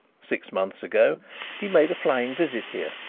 six months ago he made a flying visit here,